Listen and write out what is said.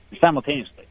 simultaneously